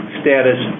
status